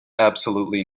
absolutely